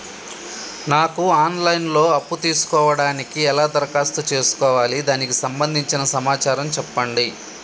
నాకు online లో అప్పు తీసుకోవడానికి ఎలా దరఖాస్తు చేసుకోవాలి దానికి సంబంధించిన సమాచారం చెప్పండి?